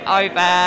over